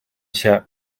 się